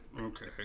Okay